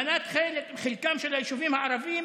מנת חלקם של היישובים הערביים